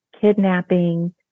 kidnapping